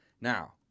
now